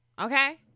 Okay